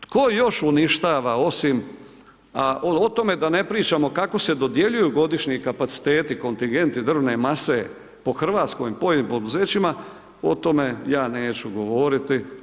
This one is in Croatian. Tko još uništava osim, a o tome da ne pričamo kako se dodjeljuju godišnji kapaciteti, kontigenti drvne mase po hrvatskim pojedinim poduzećima, o tome ja neću govoriti.